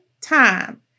time